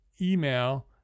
email